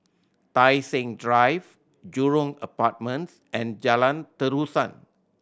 Tai Seng Drive Jurong Apartments and Jalan Terusan